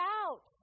out